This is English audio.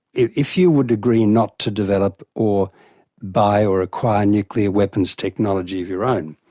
if if you would agree not to develop or buy or acquire nuclear weapons technology of your own.